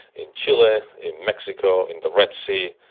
in chile, in mexico, in the red sea,